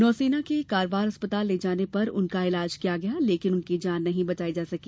नौसेना के कारवार अस्पताल ले जाने पर उनका इलाज किया गया लेकिन उनकी जान नहीं बचाई जा सकी